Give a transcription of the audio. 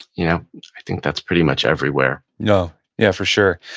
you know i think that's pretty much everywhere you know yeah for sure.